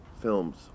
films